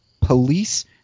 police